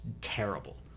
terrible